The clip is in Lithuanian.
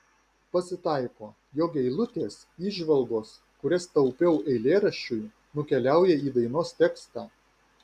pasitaiko jog eilutės įžvalgos kurias taupiau eilėraščiui nukeliauja į dainos tekstą